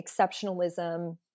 exceptionalism